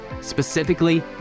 Specifically